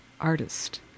artist